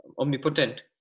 omnipotent